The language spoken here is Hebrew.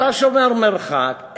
שומר מרחק,